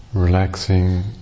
relaxing